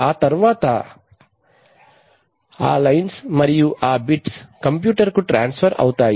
ఆ తర్వాత ఆ లైన్స్ మరియు ఆ బిట్స్ కంప్యూటర్ కు ట్రాన్స్ఫర్ అవుతాయి